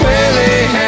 Willie